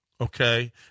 okay